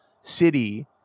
city